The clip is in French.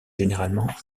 généralement